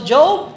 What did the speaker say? Job